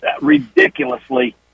ridiculously